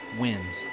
wins